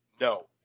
No